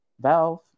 Valve